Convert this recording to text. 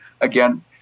again